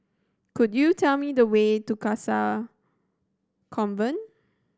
could you tell me the way to Convent